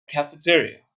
cafeteria